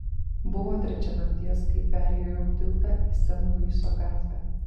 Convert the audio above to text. buvo trečia nakties kai perjojau tiltą į sen luiso gatvę